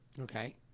Okay